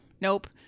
nope